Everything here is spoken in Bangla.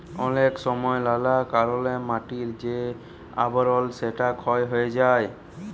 অলেক সময় লালা কারলে মাটির যে আবরল সেটা ক্ষয় হ্যয়ে যায়